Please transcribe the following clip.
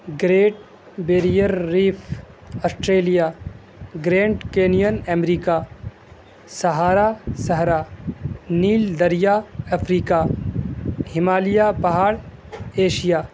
great barrier reef Australia grand canyon امریکہ Sahara Sahara نیل دریا افریکہ ہمالیہ پہاڑ ایشیا